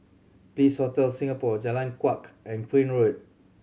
Bliss Hotel Singapore Jalan Kuak and Crane Road